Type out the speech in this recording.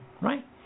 right